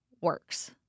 works